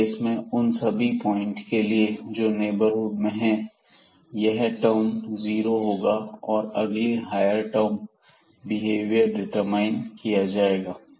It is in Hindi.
उस केस में उन सभी पॉइंट के लिए जो नेबरहुड में हैं यह टर्म जीरो होगी और अगली हायर ऑर्डर टर्म से बिहेवियर डिटरमाइन किया जाएगा